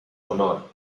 honor